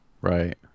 Right